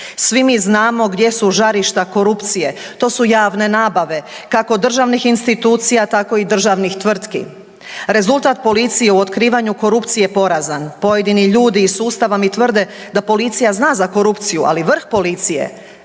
Svi mi znamo gdje su žarišta korupcije. To su javne nabave kako državnih institucija tako i državnih tvrtki. Rezultat policije u otkrivanju korupcije je porazan. Pojedini ljudi iz sustava mi tvrde da policija za korupciju, ali vrh policije,